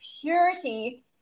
purity